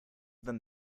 them